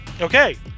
Okay